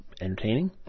entertaining